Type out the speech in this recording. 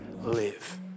live